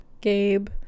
Gabe